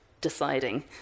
deciding